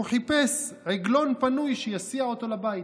והוא חיפש עגלון פנוי שיסיע אותו לבית.